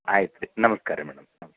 ಆಯ್ತು ರೀ ನಮಸ್ಕಾರ ರಿ ಮೇಡಮ್ ಹಾಂ